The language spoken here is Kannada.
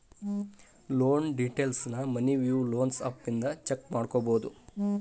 ಲೋನ್ ಡೇಟೈಲ್ಸ್ನ ಮನಿ ವಿವ್ ಲೊನ್ಸ್ ಆಪ್ ಇಂದ ಚೆಕ್ ಮಾಡ್ಕೊಬೋದು